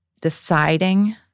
deciding